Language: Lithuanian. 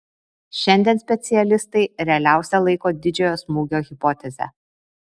šiandien specialistai realiausia laiko didžiojo smūgio hipotezę